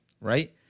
right